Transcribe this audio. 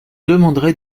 demanderai